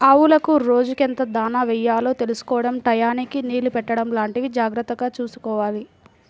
ఆవులకు రోజుకెంత దాణా యెయ్యాలో తెలుసుకోడం టైయ్యానికి నీళ్ళు పెట్టడం లాంటివి జాగర్తగా చూసుకోవాలి